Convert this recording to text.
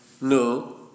No